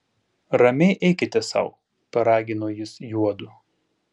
ramiai eikite sau paragino jis juodu